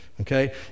okay